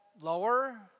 lower